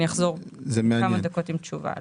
אני אחזור כמה דקות עם תשובה.